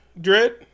Dread